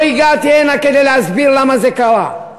לא הגעתי הנה כדי להסביר למה זה קרה.